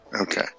Okay